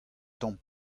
tamm